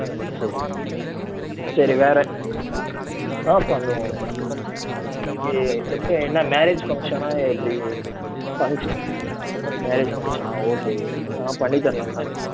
அது சரி ஓகேங்க சரி வேறு ஆ பண்ணுவோம் இ எப்போ என்ன மேரேஜ் ஃபங்க்ஷனா எப்படி இல்லை ஃபங்க்ஷன் மேரேஜ் ஃபங்க்ஷனா ஓகே ஆ பண்ணி தரலாம் பண்ணி